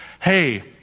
hey